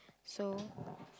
so